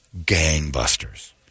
Gangbusters